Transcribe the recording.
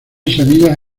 semillas